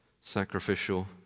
sacrificial